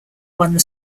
one